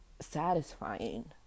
satisfying